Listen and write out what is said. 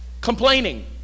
Complaining